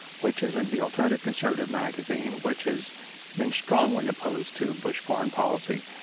which is the alternative conservative magazine, which has been strongly opposed to bush foreign policy.